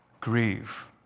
grieve